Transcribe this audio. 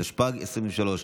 התשפ"ג 2023,